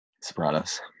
sopranos